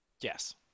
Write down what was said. Yes